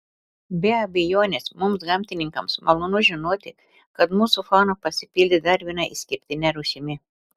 be abejonės mums gamtininkams malonu žinoti kad mūsų fauna pasipildė dar viena išskirtine rūšimi